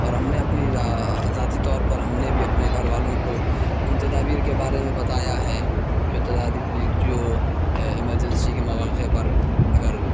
اور ہم نے اپنی ذا ذاتی طور پر ہم نے بھی اپنے گھر والوں کو ان تدابیر کے بارے میں بتایا ہے کہ تدابیر جو اے ایمرجنسی کے مواقع پر اگر